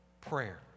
prayer